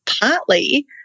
partly